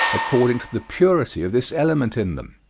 according to the purity of this element in them.